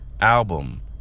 album